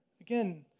Again